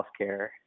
healthcare